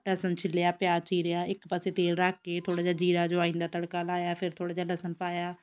ਲਸਣ ਛਿੱਲਿਆ ਪਿਆਜ਼ ਚੀਰਿਆ ਇੱਕ ਪਾਸੇ ਤੇਲ ਰੱਖ ਕੇ ਥੋੜ੍ਹਾ ਜਿਹਾ ਜੀਰਾ ਜੁਆਇਨ ਦਾ ਤੜਕਾ ਲਾਇਆ ਫਿਰ ਥੋੜ੍ਹਾ ਜਿਹਾ ਲਸਣ ਪਾਇਆ